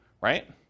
right